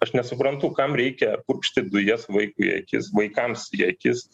aš nesuprantu kam reikia purkšti dujas vaikui į akis vaikams į akis